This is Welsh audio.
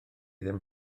ddim